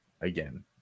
again